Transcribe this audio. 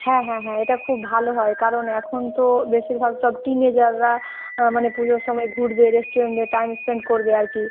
হ্যাঁ হ্যাঁ হ্যাঁ এটা খুব ভালো হয় কারণ এখন তো বেশিরভাগ সব টিমে যারা মানে পুজোর সময় ঘুরবে রেস্টুরেন্টে টাইম স্পেন্ড করবে আর কী